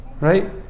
Right